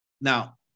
Now